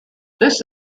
this